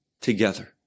together